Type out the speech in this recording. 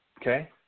Okay